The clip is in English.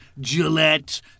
Gillette